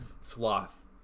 Sloth